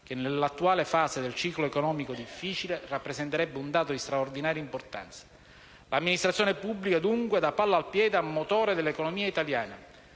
che nell'attuale fase del ciclo economico difficile rappresenterebbe un dato di straordinaria importanza: l'amministrazione pubblica, dunque, da palla al piede a motore dell'economia italiana.